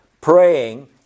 praying